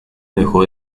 dejó